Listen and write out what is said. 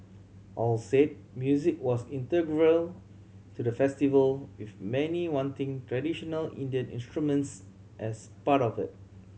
all said music was integral to the festival with many wanting traditional Indian instruments as part of it